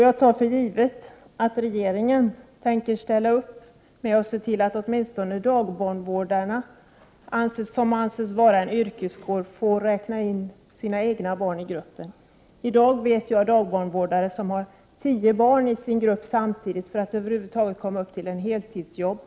Jag tar för givet att regeringen ser till att åtminstone dagbarnvårdarna, som anses vara en yrkeskår, får räkna in sina egna barn i gruppen. Jag vet att det i dag finns dagbarnvårdare som har tio barn samtidigt i sin grupp för att deras arbete över huvud taget skall anses vara heltidsarbete.